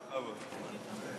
בבקשה,